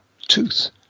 tooth